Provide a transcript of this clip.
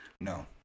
No